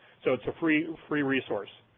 so it's a free free resource.